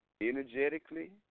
energetically